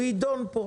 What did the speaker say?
היא תידון פה.